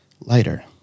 Lighter